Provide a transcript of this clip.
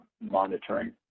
monitoring